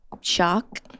shock